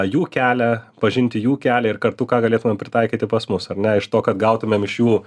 jų kelią pažinti jų kelią ir kartu ką galėtumėm pritaikyti pas mus ar ne iš to kad gautumėm iš jų